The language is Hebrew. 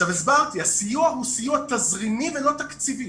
הסיוע הוא סיוע תזרימי ולא תקציבי.